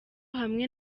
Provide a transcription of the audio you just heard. hamwe